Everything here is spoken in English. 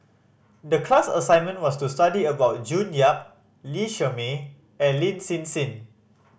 the class assignment was to study about June Yap Lee Shermay and Lin Hsin Hsin